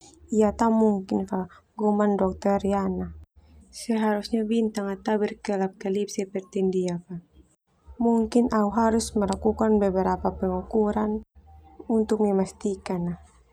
Ia tah mungkin fah, gumam Dokter Riana, seharusnya bintang ah tah berkelap kelip seperti ndia fah, mungkin au harus melakukan beberapa pengukuran untuk memastikan ah.